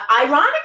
Ironically